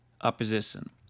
opposition